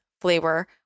flavor